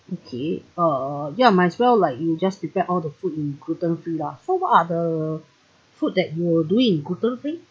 okay uh ya might as well like you just prepare all the food in gluten free lah so what are the food that you will do it in gluten free